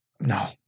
No